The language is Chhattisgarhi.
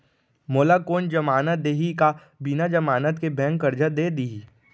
मोला कोन जमानत देहि का बिना जमानत के बैंक करजा दे दिही?